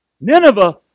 Nineveh